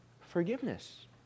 forgiveness